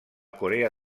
corea